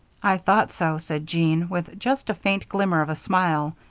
i thought so, said jean, with just a faint glimmer of a smile.